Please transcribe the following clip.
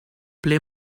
ble